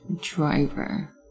driver